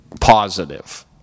positive